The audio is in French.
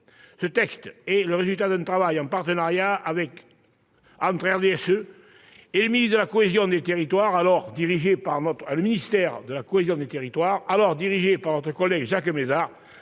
Ce texte est le résultat d'un travail en partenariat entre le groupe du RDSE et le ministère de la cohésion des territoires, alors dirigé par notre collègue Jacques Mézard,